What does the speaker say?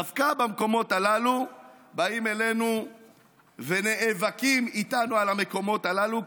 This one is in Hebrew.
דווקא במקומות הללו באים ונאבקים איתנו על המקומות הללו,